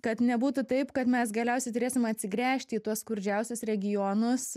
kad nebūtų taip kad mes galiausiai turėsim atsigręžti į tuos skurdžiausius regionus